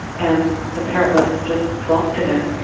and the parrotlets just flock to them.